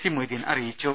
C Moideen അറിയിച്ചു